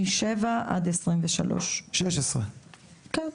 מ-2007 עד 2023. 16. כן.